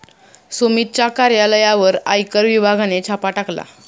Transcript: सुमितच्या कार्यालयावर आयकर विभागाने छापा टाकला